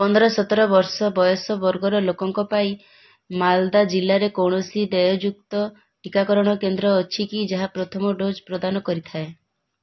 ପନ୍ଦର ସତର ବର୍ଷ ବୟସ ବର୍ଗର ଲୋକଙ୍କ ପାଇଁ ମାଲଦା ଜିଲ୍ଲାରେ କୌଣସି ଦେୟଯୁକ୍ତ ଟିକାକରଣ କେନ୍ଦ୍ର ଅଛି କି ଯାହା ପ୍ରଥମ ଡୋଜ୍ ପ୍ରଦାନ କରିଥାଏ